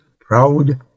proud